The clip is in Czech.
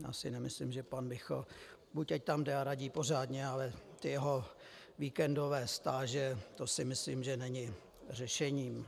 Já si nemyslím, že pan Michl buď ať tam jde a radí pořádně, ale ty jeho víkendové stáže, to si myslím, že není řešení.